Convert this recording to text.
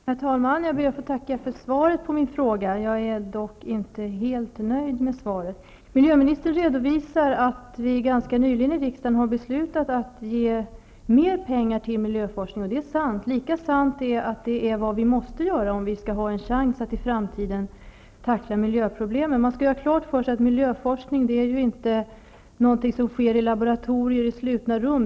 Herr talman! Jag ber att få tacka för svaret på min fråga. Jag är dock inte helt nöjd med svaret. Miljöministern redovisar att vi i riksdagen ganska nyligen har beslutat att ge mer pengar till miljöforskning, och det är sant. Lika sant är att vi måste göra detta om vi i framtiden skall ha en chans att tackla miljöproblemen. Man skall ha klart för sig att miljöforskning inte är något som sker i laboratorier i slutna rum.